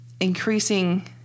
increasing